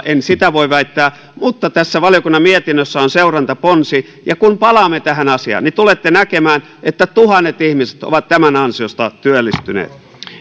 en sitä voi väittää mutta tässä valiokunnan mietinnössä on seurantaponsi ja kun palaamme tähän asiaan niin tulette näkemään että tuhannet ihmiset ovat tämän ansiosta työllistyneet